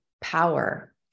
power